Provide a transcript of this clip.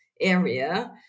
area